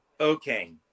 Okay